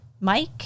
mike